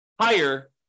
higher